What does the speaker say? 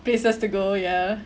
places to go ya